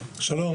שלום.